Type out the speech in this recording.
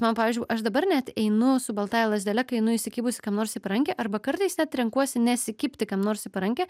man pavyzdžiui aš dabar net einu su baltąja lazdele kai einu įsikibus kam nors į parankę arba kartais net renkuosi nesikibti kam nors į parankę